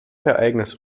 ereignis